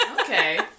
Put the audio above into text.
okay